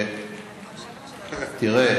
תראה,